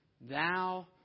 Thou